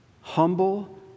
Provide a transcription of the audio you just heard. Humble